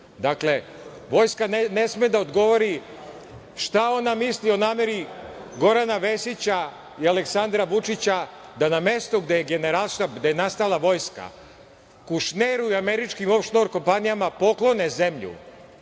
takođe? Dakle, Vojska ne sme da odgovori šta ona misli o nameri Gorana Vesića i Aleksandra Vučića, da na mestu gde je Generalštab, gde je nastala vojska, Kušneru i američkim ofšor kompanijama poklone zemlju